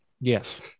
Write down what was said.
yes